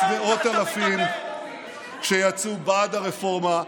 יש מאות אלפים שיצאו בעד הרפורמה,